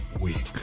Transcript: week